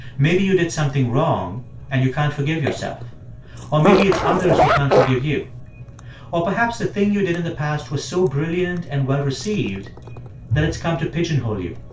maybe you did something wrong and you can't forgive yourself or maybe it's others who can't forgive you or perhaps the thing you did in the past was so brilliant and well-received that it's come to pigeonhole you.